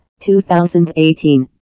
2018